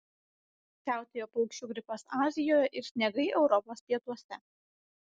siautėjo paukščių gripas azijoje ir sniegai europos pietuose